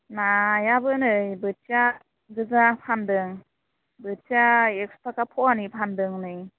नायाबो नै बोथिया गोजा फानदों बोथिया एक्स' थाखा फवानि फानदों नै